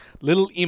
Little